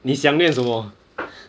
你想念什么